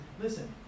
listen